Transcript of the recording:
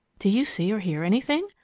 do you see or hear anything?